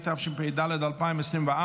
התשפ"ד 2024,